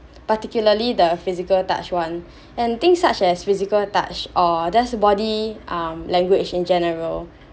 particularly the physical touch one and things such as physical touch or just body um language in general